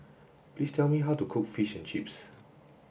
please tell me how to cook fish and chips